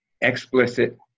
explicit